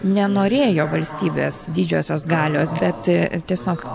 nenorėjo valstybės didžiosios galios bet tiesiog